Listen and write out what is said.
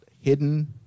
hidden